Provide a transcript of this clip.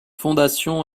fondation